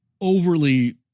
overly